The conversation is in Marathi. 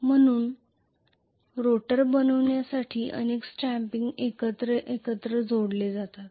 म्हणून रोटर बनविण्यासाठी अनेक स्टॅम्पिंग एकत्र अडकले जातील